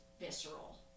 visceral